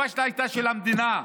הפשלה הייתה של המדינה,